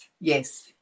yes